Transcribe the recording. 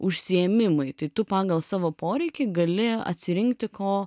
užsiėmimai tai tu pagal savo poreikį gali atsirinkti ko